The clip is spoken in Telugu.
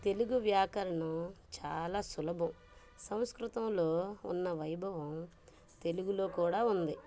తెలుగు వ్యాకరణం చాలా సులభం సంస్కృతంలో ఉన్న వైభవం తెలుగులో కూడా ఉంది